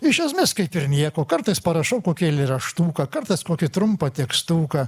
iš esmės kaip ir nieko kartais parašau kokį eilėraštuką kartais kokį trumpą tekstuką